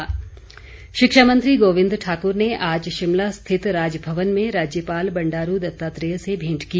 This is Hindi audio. भेंट शिक्षामंत्री गोविंद ठाकुर ने आज शिमला स्थित राजभवन में राज्यपाल बंडारू दत्तात्रेय से भेंट की